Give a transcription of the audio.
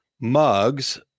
mugs